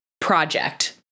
project